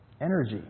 Energy